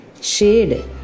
shade